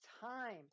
time